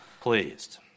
pleased